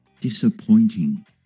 Disappointing